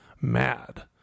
mad